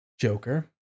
joker